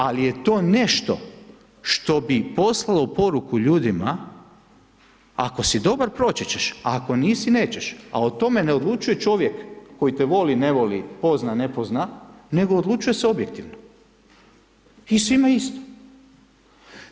Ali je to nešto što bi poslalo poruku ljudima, ako si dobar, proći ćeš, ako nisi, nećeš, a o tome ne odlučuje čovjek koji te voli, ne voli, pozna, ne pozna, nego odlučuje se objektivno i svima isto.